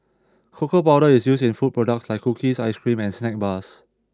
cocoa powder is used in food products like cookies ice cream and snack bars